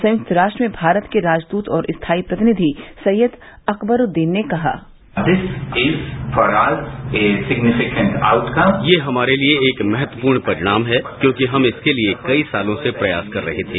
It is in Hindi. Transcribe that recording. संयुक्त राष्ट्र में भारत के राजदूत और स्थायी प्रतिनिधि सैयद अकबरुद्दीन ने कहा यह हमारे लिए एक महत्वपूर्ण परिणाम है क्योंकि हम इसके लिए कई सालों से प्रयास कर रहे थे